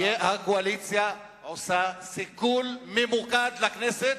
הקואליציה עושה סיכול ממוקד לכנסת,